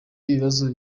ibibazo